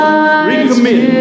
Recommit